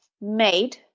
made